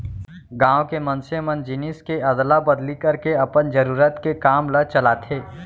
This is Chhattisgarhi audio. गाँव के मनसे मन जिनिस के अदला बदली करके अपन जरुरत के काम ल चलाथे